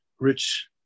rich